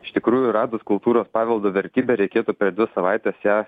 iš tikrųjų radus kultūros paveldo vertybę reikėtų per dvi savaites ją